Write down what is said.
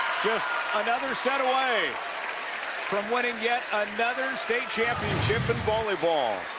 just another set away from winning yet another state championship and volleyball.